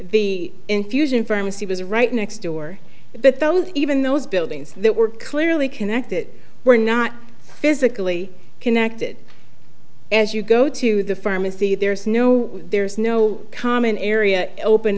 the infusion pharmacy was right next door but those even those buildings that were clearly connected were not physically connected as you go to the pharmacy there is no there is no common area open